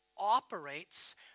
operates